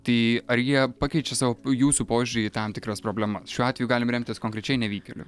tai ar jie pakeičia savo jūsų požiūrį į tam tikras problemas šiuo atveju galim remtis konkrečiai nevykėliu